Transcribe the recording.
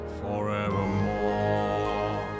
forevermore